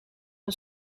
een